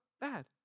bad